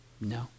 No